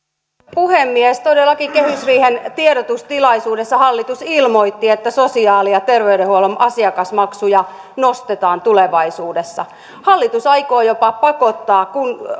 puhemies todellakin kehysriihen tiedotustilaisuudessa hallitus ilmoitti että sosiaali ja terveydenhuollon asiakasmaksuja nostetaan tulevaisuudessa hallitus aikoo jopa pakottaa